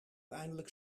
eindelijk